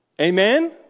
Amen